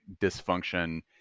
dysfunction